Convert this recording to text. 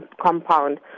compound